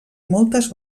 moltes